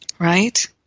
Right